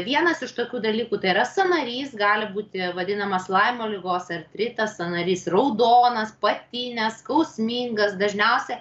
vienas iš tokių dalykų tai yra sąnarys gali būti vadinamas laimo ligos artritas sąnarys raudonas patinęs skausmingas dažniausia